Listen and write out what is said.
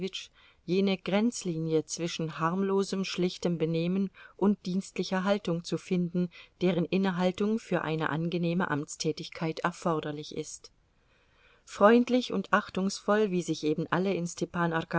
jene grenzlinie zwischen harmlosem schlichtem benehmen und dienstlicher haltung zu finden deren innehaltung für eine angenehme amtstätigkeit erforderlich ist freundlich und achtungsvoll wie sich eben alle in